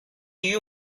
you